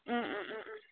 ꯎꯝ ꯎꯝ ꯎꯝ ꯎꯝ